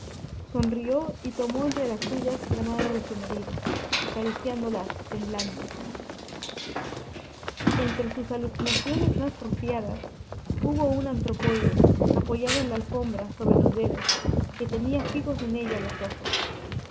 sonrió y tomó entre las suyas la mano de su marido acariciándola temblando entre sus alucinaciones más porfiadas hubo un antropoide apoyado en la alfombra sobre los dedos que tenía fijos en ella los ojos